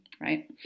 right